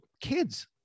kids